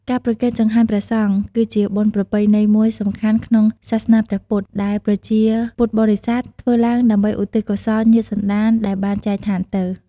ការប្រគេនចង្ហាន់ព្រះសង្ឃ គឺជាបុណ្យប្រពៃណីមួយសំខាន់ក្នុងសាសនាព្រះពុទ្ធ ដែលប្រជាពុទ្ធបរិស័ទធ្វើឡើងដើម្បីឧទ្ទិសកុសលញាតិសន្តានដែលបានចែកឋានទៅ។